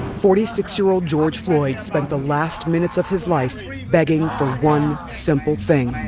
forty six year old george floyd spent the last minutes of his life begging for one simple thing